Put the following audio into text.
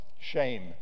shame